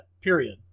Period